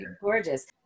gorgeous